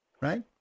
Right